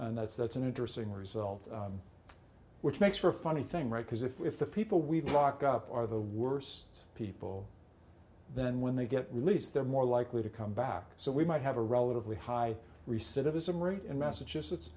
and that's that's an interesting result which makes for a funny thing right because if we if the people we lock up are the worse people then when they get released they're more likely to come back so we might have a relatively high reset of ism rate in massachusetts